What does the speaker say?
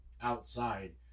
outside